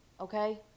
Okay